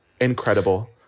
Incredible